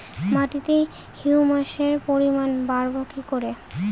মাটিতে হিউমাসের পরিমাণ বারবো কি করে?